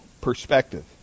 perspective